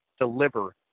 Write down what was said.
deliver